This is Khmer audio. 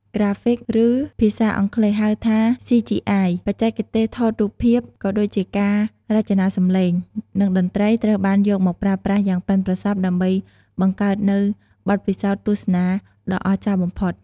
ក្រាហ្វិក ឬភាសាអង់គ្លេសហៅថា CGI បច្ចេកទេសថតរូបភាព ក៏ដូចជាការរចនាសំឡេង និងតន្ត្រីត្រូវបានយកមកប្រើប្រាស់យ៉ាងប៉ិនប្រសប់ដើម្បីបង្កើតនូវបទពិសោធន៍ទស្សនាដ៏អស្ចារ្យបំផុត។